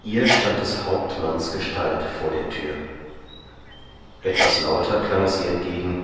ihr stand des hauptmanns gestalt vor der tür etwas lauter klang es ihr entgegen